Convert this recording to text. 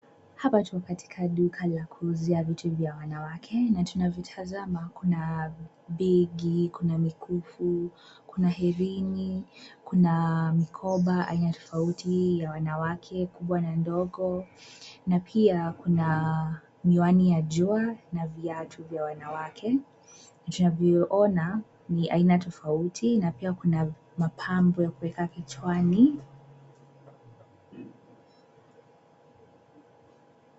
Hapa tuko katika duka la kuuzia vitu vya wanawake na tunavitazama kuna, begi, kuna mikufu, kuna herini, kuna mikoba aina tofauti ya wanawake kubwa na ndogo, na pia kuna, miwani ya jua na viatu vya wanawake, tunavyoona, ni aina tofauti na pia kuna mapambo ya kuweka kichwani.